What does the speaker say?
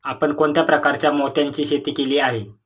आपण कोणत्या प्रकारच्या मोत्यांची शेती केली आहे?